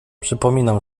przypominam